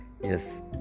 Yes